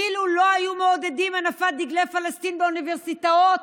אילו לא היו מעודדים הנפת דגלי פלסטין באוניברסיטאות,